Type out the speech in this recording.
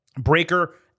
Breaker